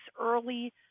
early